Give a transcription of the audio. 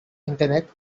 internet